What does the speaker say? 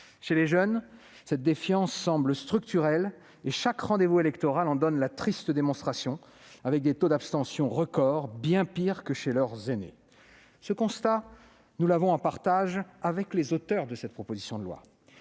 Chez les jeunes, cette défiance semble structurelle. Chaque rendez-vous électoral en donne la triste démonstration, si l'on en juge par les taux d'abstention record bien plus élevés que chez leurs aînés. Ce constat, nous l'avons en partage avec les auteurs de cette proposition de loi.